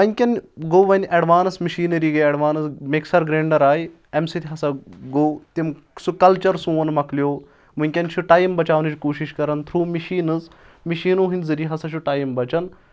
ونکیٚن گوٚو وۄنۍ ایڈوانٕس مِشیٖنٔری گٔے ایٚڈوانٕس مِکسَر گرینڈَر آیہِ اَمہِ سۭتۍ ہَسا گوٚو تِم سُہ کَلچَر سون مۄکلیو وٕنکؠن چھُ ٹایِم بَچاونٕچ کوٗشِش کَران تھرٛوٗ مِشیٖنٕز مِشیٖنو ہٕنٛدۍ ذٔریعہٕ ہسا چھُ ٹایِم بَچان